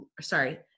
sorry